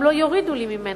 גם לא יורידו לי ממנו.